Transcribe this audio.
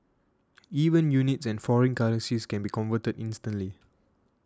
even units and foreign currencies can be converted instantly